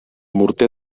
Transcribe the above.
morter